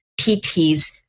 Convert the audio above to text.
pts